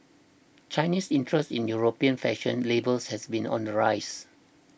Chinese interest in European fashion labels has been on the rise